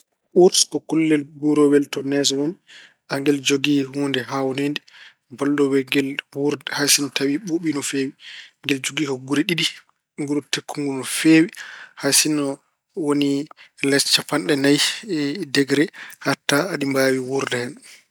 Uurs ko kullel nguurowel to nees woni. Angel jogii huunde haawniide ballowel ngel wuurde hay sinno tawi ɓuuɓi no feewi. Ngel jogii ko guri ɗiɗi, nguru tekkungu no feewi. Jay sinno woni les cappanɗe nayi degere, haɗta aɗi mbaawi wuurde hen.